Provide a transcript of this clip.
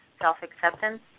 self-acceptance